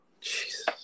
Jesus